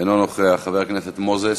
אינו נוכח, חבר הכנסת מוזס,